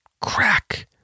crack